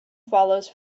follows